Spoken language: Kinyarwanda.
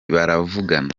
baravugana